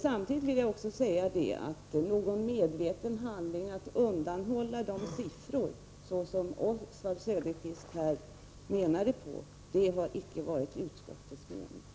Samtidigt vill jag säga att någon medveten strävan att undanhålla siffror, vilket Oswald Söderqvist menade på, har inte funnits från utskottets sida.